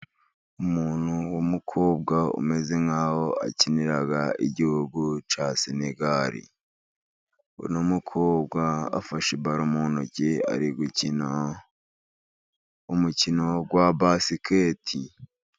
Umuntu w'umukobwa umeze nk'aho akinira igihugu cya Senegari. Uno mukobwa afashe baro mu ntoki ari gukina umukino wa basiketi.